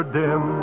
dim